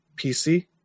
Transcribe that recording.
PC